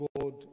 God